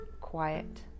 quiet